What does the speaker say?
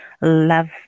Love